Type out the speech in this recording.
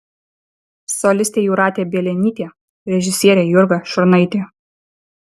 solistė jūratė bielinytė režisierė jurga šurnaitė